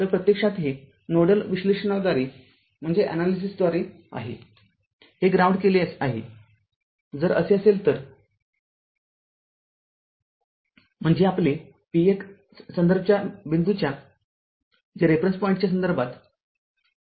तरप्रत्यक्षात हे नोडल विश्लेषणाद्वारे आहे हे ग्राउंड केले आहे जर असे असेल तर म्हणजे आपले v १ संदर्भ बिंदूच्या संदर्भात आहे